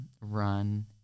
run